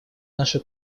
нашу